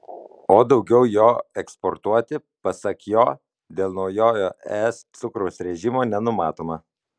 o daugiau jo eksportuoti pasak jo dėl naujojo es cukraus režimo nenumatoma